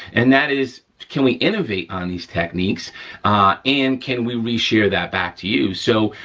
and that is can we innovate on these techniques and can we reshare that back to you? so,